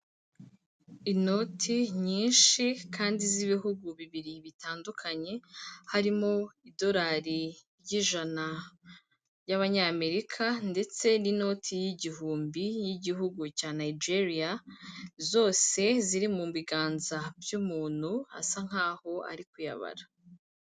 Inoti nyinshi kandi z'ibihugu bibiri bitandukanye, harimo idorari ry'ijana ry'abanyamerika, ndetse n'inoti y'igihumbi y'igihugu cya nigeriya, zose ziri mu biganza by'umuntu asa nkaho ari kuyabara.